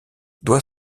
doit